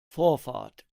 vorfahrt